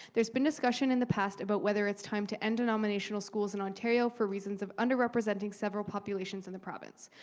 there's been discussion in the past about whether it's time to end denominational schools in ontario for reasons of underrepresenting several populations in the province.